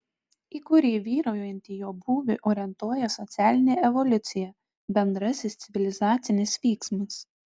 į kurį vyraujantį jo būvį orientuoja socialinė evoliucija bendrasis civilizacinis vyksmas